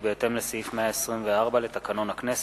כי בהתאם לסעיף 124 לתקנון הכנסת,